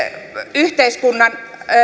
yhteiskunnan